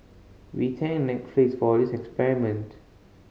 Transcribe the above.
we thank Netflix for this experiment